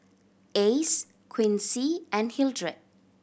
Ace Quincy and Hildred